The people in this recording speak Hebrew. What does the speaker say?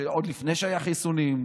עוד לפני שהיו חיסונים,